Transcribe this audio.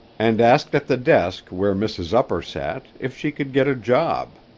and asked at the desk, where mrs. upper sat, if she could get a job.